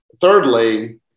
thirdly